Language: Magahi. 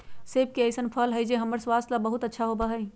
सेब एक ऐसन फल हई जो हम्मर स्वास्थ्य ला बहुत अच्छा होबा हई